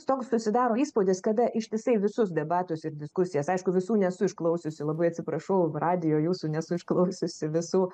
toks susidaro įspūdis kada ištisai visus debatus ir diskusijas aišku visų nesu išklausiusi labai atsiprašau radijo jūsų nesu išklausiusi visų